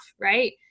right